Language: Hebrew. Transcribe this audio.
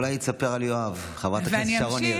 אולי היא תספר על יואב, חברת הכנסת שרון ניר.